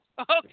okay